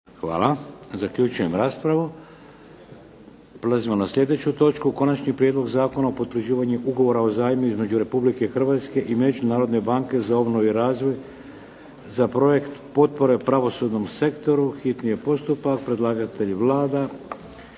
Vladimir (HDZ)** Prelazimo na sljedeću točku - Konačni prijedlog zakona o potvrđivanju ugovora o zajmu između Republike Hrvatske i Međunarodne banke za obnovu i razvoj za projekt potpore pravosudnom sektoru, hitni postupak, prvo i drugo